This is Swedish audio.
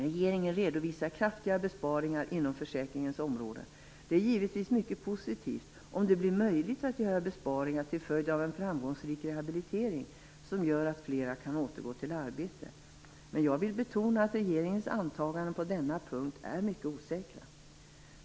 Regeringen redovisar kraftiga besparingar inom försäkringens område. Det är givetvis mycket positivt om det blir möjligt att göra besparingar till följd av en framgångsrik rehabilitering som gör att fler kan återgå i arbete. Men jag vill betona att regeringens antaganden på denna punkt är mycket osäkra.